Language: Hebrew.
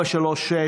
436,